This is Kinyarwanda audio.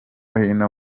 hino